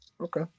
Okay